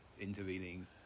intervening